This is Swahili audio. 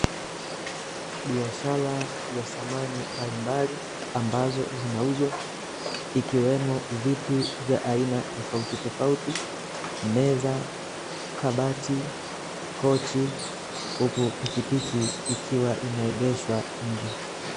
Biashara ya samani mbalimbali , ambazo zinauzwa ikiwemo viti vya aina tofauti tofauti, meza, kabati, kochi, huku pikipiki ikiwa imeegeshwa nje.